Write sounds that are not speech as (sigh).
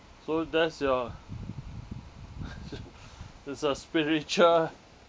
so that's your (laughs) is a spiritual (laughs)